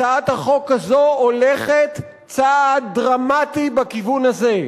הצעת החוק הזו הולכת צעד דרמטי בכיוון הזה,